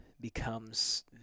becomes